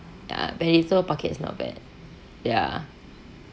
ya bandito pockett is not bad ya